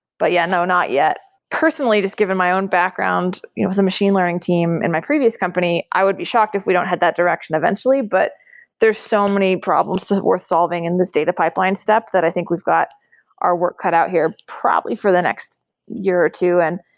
but yeah. no, not yet personally just given my own background with the machine learning team in my previous company, i would be shocked if we don't head that direction eventually, but there's so many problems worth solving in this data pipeline step that i think we've got our work cut out here, probably for the next year or two. and